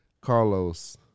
Carlos